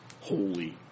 holy